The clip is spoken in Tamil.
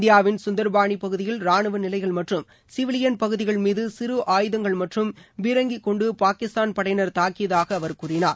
இந்தியாவின் சுந்தர்பாணி பகுதியில் ராணுவ நிலைகள் மற்றும் சிவிலியன் பகுதிகள் மீது சிறு ஆயுதங்கள் மற்றும் பீரங்கிக் கொண்டு பாகிஸ்தான் படையினர் தாக்கியதாக அவர் கூறினார்